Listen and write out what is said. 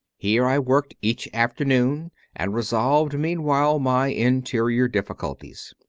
here i worked each afternoon and revolved meanwhile my interior difficulties.